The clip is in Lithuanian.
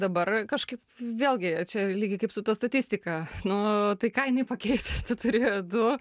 dabar kažkaip vėlgi čia lygiai kaip su ta statistika nu tai ką jinai pakeis tu turi du